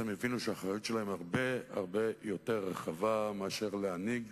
הם הבינו שהאחריות שלהם היא הרבה הרבה יותר רחבה מאשר להנהיג